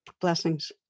Blessings